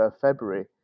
February